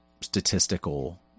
statistical